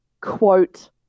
quote